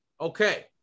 Okay